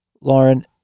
Lauren